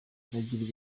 aragirana